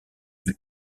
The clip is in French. eût